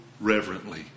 reverently